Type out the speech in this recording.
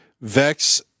Vex